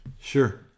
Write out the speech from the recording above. Sure